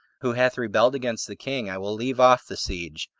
who hath rebelled against the king, i will leave off the siege,